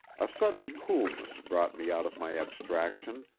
a sudden coolness brought me out of my abstraction,